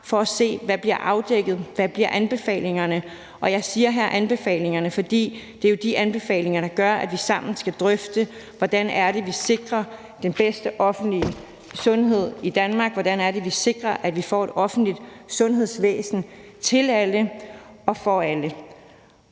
for at se, hvad der bliver afdækket, og hvad anbefalingerne bliver. Og jeg siger her anbefalingerne, for det er jo de anbefalinger, der gør, at vi sammen skal drøfte, hvordan vi sikrer den bedste offentlige sundhed i Danmark; hvordan vi sikrer, at vi får et offentligt sundhedsvæsen til alle og for alle.